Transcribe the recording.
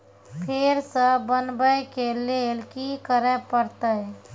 फेर सॅ बनबै के लेल की करे परतै?